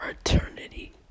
eternity